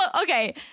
Okay